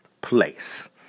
place